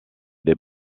des